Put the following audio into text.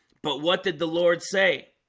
but what did the lord say?